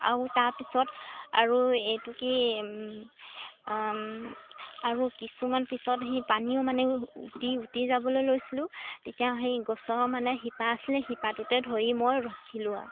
আৰু তাৰপিছত আৰু এইটো কি আৰু কিছুমান পিছত সেই পানীও মানে উটি উটি যাবলৈ লৈছিলোঁ তেতিয়া সেই গছৰ মানে শিপা আছিলে শিপাটোতে ধৰি মই ৰখিলোঁ আৰু